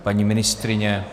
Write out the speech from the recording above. Paní ministryně?